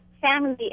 family